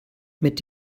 mit